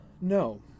No